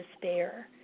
despair